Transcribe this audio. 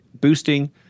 boosting